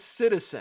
citizen